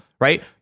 right